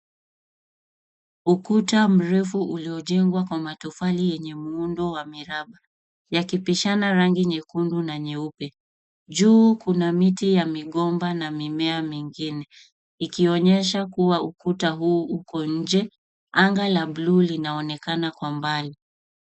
Ukuta mrefu uliojengwa kwa matofali yenye muundo wa miraba, yakipishana rangi nyekundu na nyeupe. Juu kuna miti ya migomba na mimea mingine, ikionyesha kua ukuta huu uko nje. Anga la blue linaonekana kwa mbali.